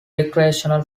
recreational